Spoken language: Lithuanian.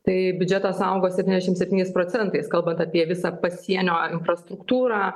tai biudžetas augo septyniasdešimt septyniais procentais kalbant apie visą pasienio infrastruktūrą